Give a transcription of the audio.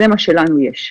זה מה שלנו יש.